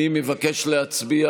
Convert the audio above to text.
מי מבקש להצביע?